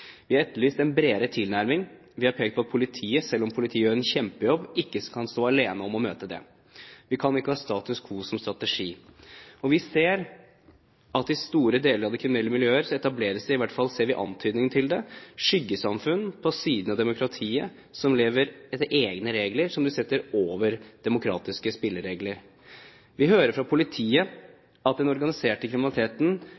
Vi har etterlyst en bredere tilnærming. Vi har pekt på at politiet – selv om politiet gjør en kjempejobb – ikke kan stå alene om å møte dette. Vi kan ikke ha status quo som strategi. Vi ser at i store deler av de kriminelle miljøene etableres det – i hvert fall ser vi antydninger til det – skyggesamfunn på siden av demokratiet, som lever etter egne regler, som man setter over demokratiske spilleregler. Vi hører fra